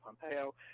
Pompeo